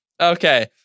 okay